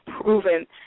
proven